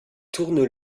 tournent